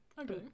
okay